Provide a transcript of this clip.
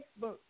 Facebook